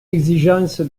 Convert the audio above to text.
exigence